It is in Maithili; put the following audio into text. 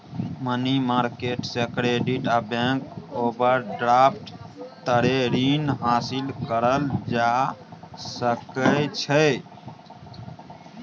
मनी मार्केट से क्रेडिट आ बैंक ओवरड्राफ्ट तरे रीन हासिल करल जा सकइ छइ